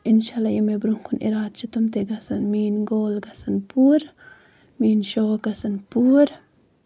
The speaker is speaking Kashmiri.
اِنشاء اللہ یہِ مےٚ برونٛہہ کُن اِرادٕ چھُ تِم تہِ گژھن میٲنۍ گول گژھن پوٗرٕ میٲنۍ شوق گژھن پوٗرٕ